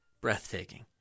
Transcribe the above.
breathtaking